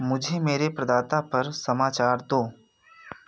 मुझे मेरे प्रदाता पर समाचार दो